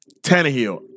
Tannehill